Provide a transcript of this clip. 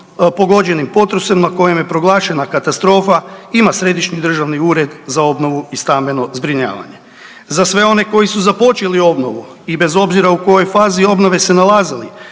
pogođenim potresom na kojem je proglašena katastrofa ima Središnji državni ured za obnovu i stambeno zbrinjavanje. Za sve one koji su započeli obnovu i bez obzira u kojoj fazi obnove se nalazili,